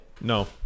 No